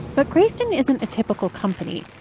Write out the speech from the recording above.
but greyston isn't a typical company.